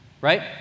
right